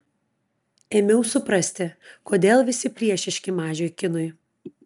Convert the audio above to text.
ėmiau suprasti kodėl visi priešiški mažiui kinui